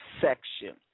section